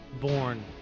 Born